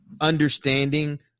understanding